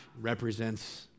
represents